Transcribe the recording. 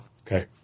okay